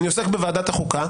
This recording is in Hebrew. אני עוסק בוועדת החוקה.